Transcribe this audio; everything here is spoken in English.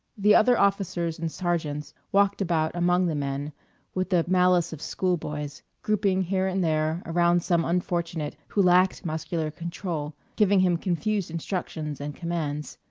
the other officers and sergeants walked about among the men with the malice of schoolboys, grouping here and there around some unfortunate who lacked muscular control, giving him confused instructions and commands.